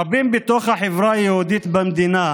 רבים בתוך החברה היהודית במדינה